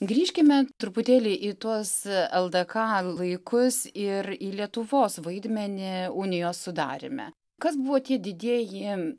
grįžkime truputėlį į tuos ldk laikus ir į lietuvos vaidmenį unijos sudaryme kas buvo tie didieji